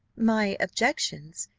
my objections,